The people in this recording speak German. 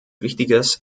wichtiges